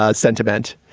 ah sentiment,